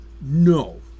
No